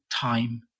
time